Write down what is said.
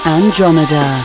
Andromeda